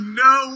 no